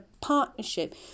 partnership